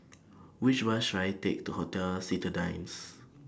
Which Bus should I Take to Hotel Citadines